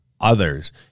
others